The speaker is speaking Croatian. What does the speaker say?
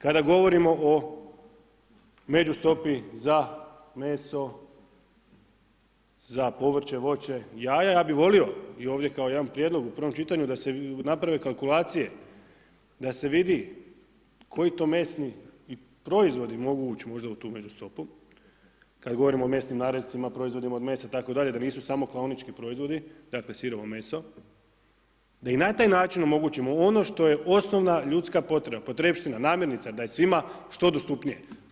Kada govorimo o međustopi za meso, za povrće, voće, jaja ja bih volio i ovdje kao jedan prijedlog u prvom čitanju da se naprave kalkulacije, da se vidi koji to mesni proizvodi mogu ući u tu međustopu, kad govorimo o mesnim narescima, proizvodima od mesa itd., da nisu samo klaonički proizvodi, dakle sirovo meso, da i na taj način omogućimo ono što je osnovna ljudska potreba, potrepština, namirnica, da je svima što dostupnije.